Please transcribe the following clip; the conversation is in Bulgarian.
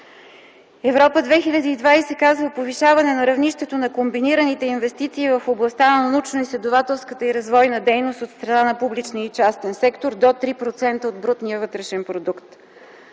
„Европа 2020” казва: повишаване на равнището на комбинираните инвестиции в областта на научноизследователската и развойна дейност от страна на публичния и частния сектор – до 3% от брутния вътрешен продукт.